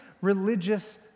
religious